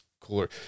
cooler